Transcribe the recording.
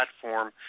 platform